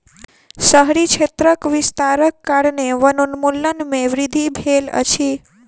शहरी क्षेत्रक विस्तारक कारणेँ वनोन्मूलन में वृद्धि भेल अछि